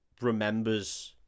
remembers